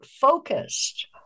focused